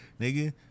nigga